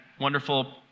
wonderful